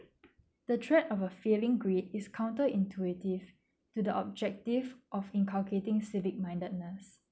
the threat of a failing grade is counter-intuitive to the objective of in calculating civic-mindedness